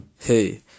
Hey